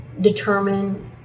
determine